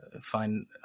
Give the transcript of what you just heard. find